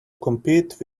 compete